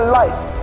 life